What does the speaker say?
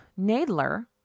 Nadler